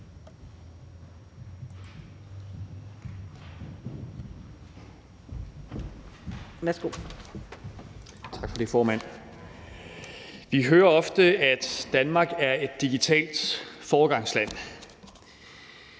Vi hører ofte, at Danmark er et digitalt foregangsland.